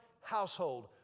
household